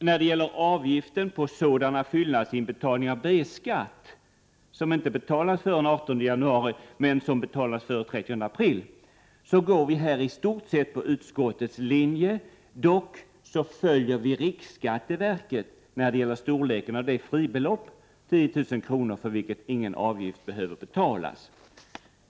När det gäller avgiften på fyllnadsinbetalningar av preliminär B-skatt som inte gjorts före den 19 januari men före den 30 april, vill jag säga att vi i stort sett går på utskottets linje. Dock följer vi riksskatteverkets linje i fråga om storleken av det fribelopp, 10 000 kr., för vilket ingen avgift behöver betalas.